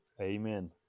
Amen